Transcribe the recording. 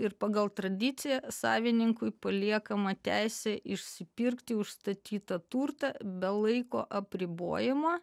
ir pagal tradiciją savininkui paliekama teisė išsipirkti užstatytą turtą be laiko apribojimo